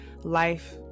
life